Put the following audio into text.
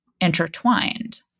intertwined